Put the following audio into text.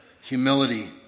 humility